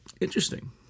Interesting